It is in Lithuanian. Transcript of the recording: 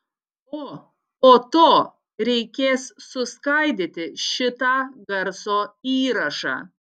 o po to reikės suskaidyti šitą garso įrašą